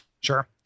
Sure